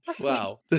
Wow